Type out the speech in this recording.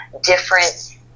different